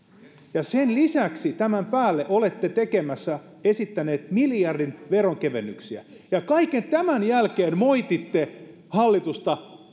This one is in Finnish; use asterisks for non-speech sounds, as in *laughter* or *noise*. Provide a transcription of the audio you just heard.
ja sen lisäksi tämän päälle olette esittäneet miljardin veronkevennyksiä ja kaiken tämän jälkeen moititte hallitusta *unintelligible*